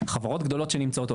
חברות גדולות שנמצאות,